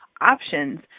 Options